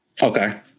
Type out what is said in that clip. Okay